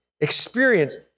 experience